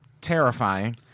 terrifying